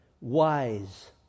wise